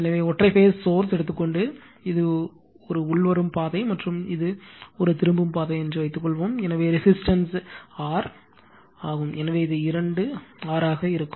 எனவே ஒற்றை phase source எடுத்துக் கொண்டு இது உள்வரும் பாதை என்றும் இது திரும்பும் பாதை என்றும் வைத்துக் கொள்வோம் எனவே ரெசிஸ்டன்ஸ் R மற்றும் R ஆகும் எனவே இது இரண்டு R ஆக இருக்கும்